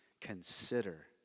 consider